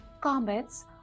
Comets